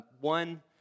one